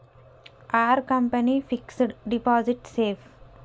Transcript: Are company fixed deposit safe?